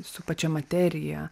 su pačia materija